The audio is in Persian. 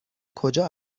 کجا